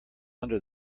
under